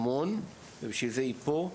בשביל זה היא פה.